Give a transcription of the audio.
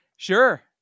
Sure